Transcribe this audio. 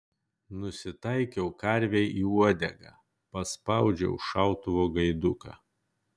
nusitaikiau karvei į uodegą paspaudžiau šautuvo gaiduką